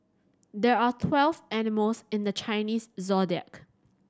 there are twelve animals in the Chinese Zodiac